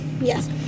Yes